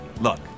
Look